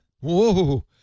whoa